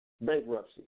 bankruptcy